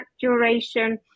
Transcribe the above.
duration